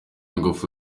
ingufu